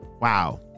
wow